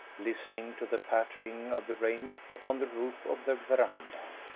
listening to the pattering of the rain upon the roof of the veranda.